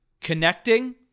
connecting